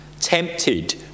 Tempted